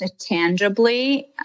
tangibly